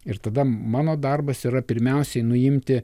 ir tada mano darbas yra pirmiausiai nuimti